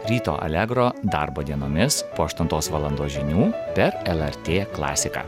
ryto alegro darbo dienomis po aštuntos valandos žinių per lrt klasiką